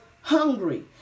hungry